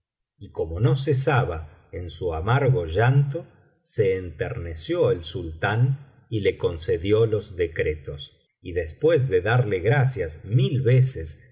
y como no cesaba en su amargo llanto se enterneció el sultán y le concedió los decretos y después de darle gracias mil veces